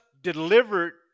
delivered